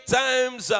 times